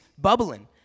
bubbling